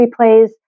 replays